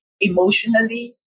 emotionally